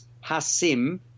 Hassim